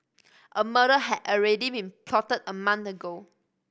a murder had already been plotted a month ago